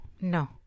No